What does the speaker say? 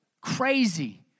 crazy